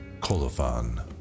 Colophon